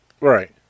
Right